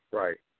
right